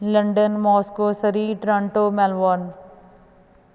London Moscow Surrey Toronto Melbourne